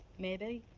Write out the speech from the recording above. maybe.